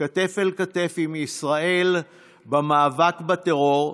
כתף אל כתף עם ישראל במאבק בטרור,